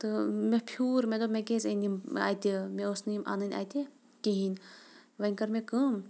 تہٕ مےٚ پھیوٗر مےٚ دوٚپ مےٚ کیٛازِ أنۍ یِم اَتہِ مےٚ اوس نہٕ یِم اَنٕنۍ اَتہِ کِہیٖنۍ وۄنۍ کٔرۍ مےٚ کٲم